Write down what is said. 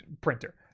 printer